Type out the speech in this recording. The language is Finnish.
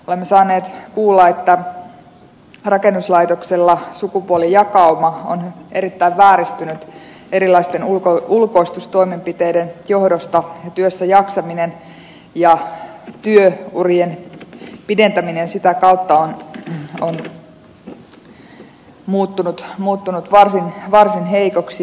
olemme saaneet kuulla että rakennuslaitoksella sukupuolijakauma on erittäin vääristynyt erilaisten ulkoistustoimenpiteiden johdosta ja työssäjaksaminen ja työurien pidentäminen sitä kautta on muuttunut varsin heikoksi